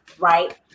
right